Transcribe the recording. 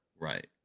Right